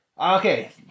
Okay